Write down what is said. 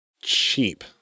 cheap